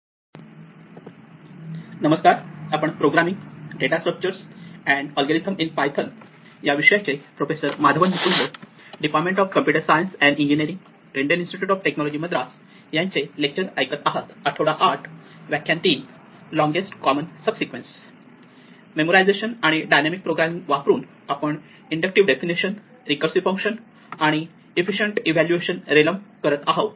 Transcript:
memorisation आणि dynamic programming वापरून आपण इंडक्टिव्ह डेफिनेशन रिकर्सिव्ह फंक्शन आणि इफिसिएंट इव्हॅल्युएशन रेलम करत आहोत